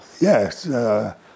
Yes